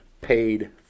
paid